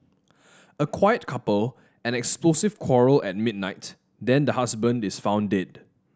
a quiet couple and explosive quarrel at midnight then the husband is found dead